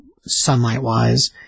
sunlight-wise